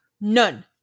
None